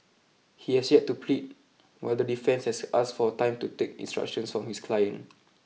he has yet to plead while the defence has asked for time to take instructions from his client